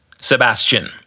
Sebastian